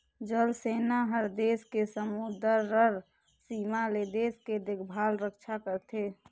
जल सेना हर देस के समुदरर सीमा ले देश के देखभाल रक्छा करथे